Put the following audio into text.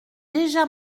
déjà